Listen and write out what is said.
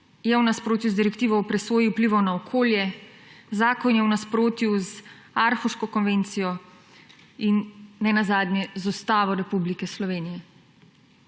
je v nasprotju z Direktivo o presoji vplivov na okolje, zakon je v nasprotju z Aarhuško konvencijo in nenazadnje z Ustavo Republike Slovenije.